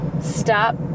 Stop